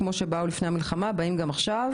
כמו שבאו לפני המלחמה, באים גם עכשיו.